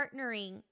partnering